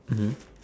mmhmm